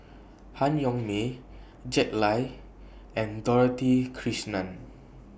Han Yong May Jack Lai and Dorothy Krishnan